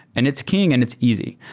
and its king and it's easy.